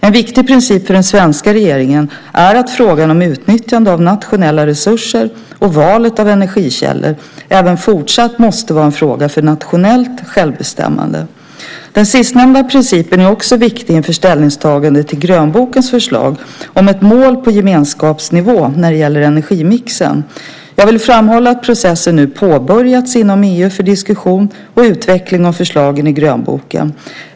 En viktig princip för den svenska regeringen är att frågan om utnyttjande av nationella resurser och valet av energikällor även fortsatt måste vara en fråga för nationellt självbestämmande. Den sistnämnda principen är också viktig inför ställningstagandet till grönbokens förslag om ett mål på gemenskapsnivå när det gäller energimixen. Jag vill framhålla att processen nu påbörjats inom EU för diskussion och utveckling av förslagen i grönboken.